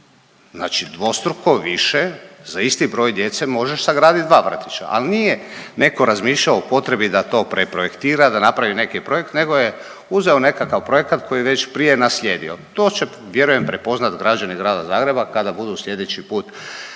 znači dvostruko više za isti broj djece možeš sagradit dva vrtića. Al nije neko razmišljao o potrebi da to pre projektira da napravi neki projekt nego je uzeo nekakav projekat koji je već prije naslijedio. To će vjerujem prepoznat građani Grada Zagreba kada budu sljedeći put na